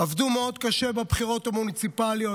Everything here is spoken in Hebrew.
עבדו מאוד קשה בבחירות המוניציפליות,